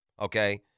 okay